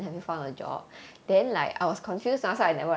mm